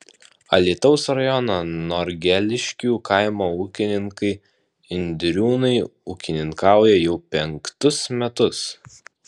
alytaus rajono norgeliškių kaimo ūkininkai indriūnai ūkininkauja jau penktus metus